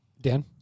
Dan